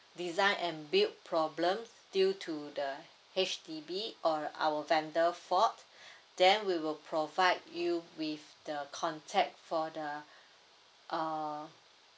design and build problem due to the H_D_B or our vendor fault then we will provide you with the contact for the uh